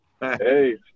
Hey